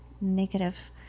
negative